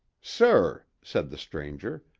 sir, said the stranger,